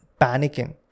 panicking